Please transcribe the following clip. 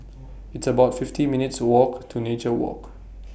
It's about fifty minutes' Walk to Nature Walk